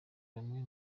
bamwe